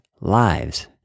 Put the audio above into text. lives